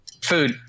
food